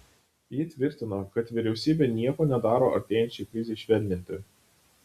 ji tvirtino kad vyriausybė nieko nedaro artėjančiai krizei švelninti